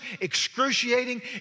excruciating